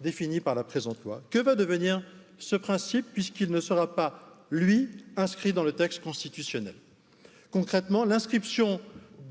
définies par la présente loi devenir ce principe puisqu'il ne sera pas lui inscrit dans le texte constitutionnel, concrètement l'inscription